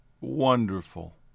Wonderful